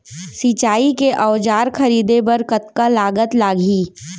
सिंचाई के औजार खरीदे बर कतका लागत लागही?